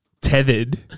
Tethered